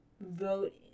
vote